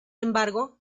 embargo